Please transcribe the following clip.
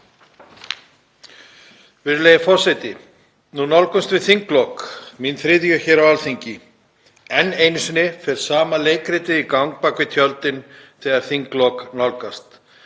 Virðulegi forseti. Nú nálgumst við þinglok, mín þriðju hér á Alþingi. Enn einu sinni fer sama leikritið í gang bak við tjöldin þegar þinglok nálgast.